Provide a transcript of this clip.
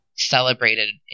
celebrated